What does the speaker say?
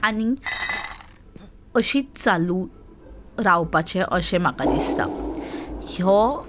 आनीक अशीच चालू रावपाचें अशें म्हाका दिसता ह्यो